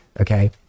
okay